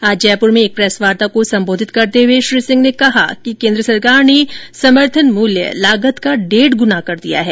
आज जयपुर में एक प्रेस वार्ता को संबोधित करते हुए श्री सिंह ने कहा कि केन्द्र सरकार ने समर्थन मूल्य लागत का डेढ़ गुना कर दिया है